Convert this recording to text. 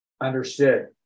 Understood